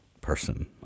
person